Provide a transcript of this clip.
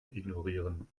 ignorieren